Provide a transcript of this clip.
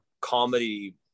comedy